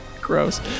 Gross